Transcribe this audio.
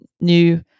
new